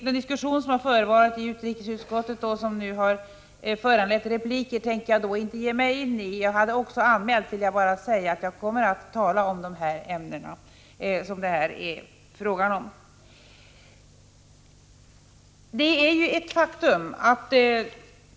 Den diskussion som förevarit i utrikesutskottet har nu föranlett repliker, men jag tänker inte ge mig in i den debatten. Jag kommer att tala bara om de ämnen som det är fråga om, vilket jag också anmält.